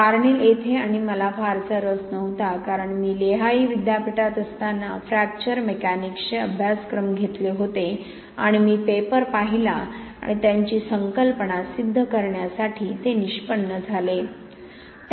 Cornell येथे आणि मला फारसा रस नव्हता कारण मी लेहाई विद्यापीठात असताना फ्रॅक्चर मेकॅनिक्सचे अभ्यासक्रम घेतले होते आणि मी पेपर पाहिला आणि त्यांची संकल्पना सिद्ध करण्यासाठी ते निष्पन्न झाले